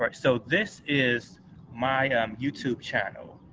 like so this is my youtube channel,